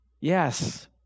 Yes